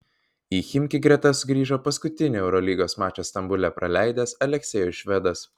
į chimki gretas grįžo paskutinį eurolygos mačą stambule praleidęs aleksejus švedas